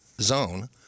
Zone